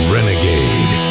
Renegade